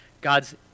God's